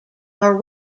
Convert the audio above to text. are